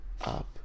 up